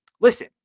listen